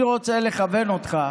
אני רוצה לכוון אותך